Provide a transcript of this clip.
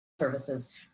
services